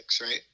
right